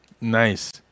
Nice